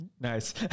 Nice